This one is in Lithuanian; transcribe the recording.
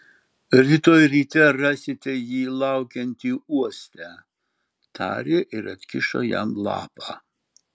rytoj ryte rasite jį laukiantį uoste tarė ir atkišo jam lapą